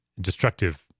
destructive